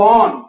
on